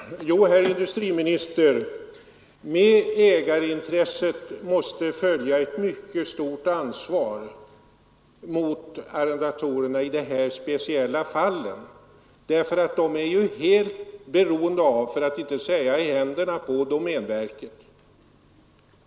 Fru talman! Jo, herr industriminister, med ägarintresset måste följa ett mycket stort ansvar mot arredatorerna i dessa speciella fall, ty de är ju helt beroende av domänverket.